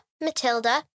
Matilda